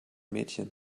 mädchen